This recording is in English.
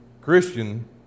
Christian